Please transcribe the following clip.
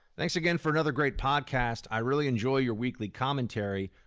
thanks again for another great podcast. i really enjoy your weekly commentary.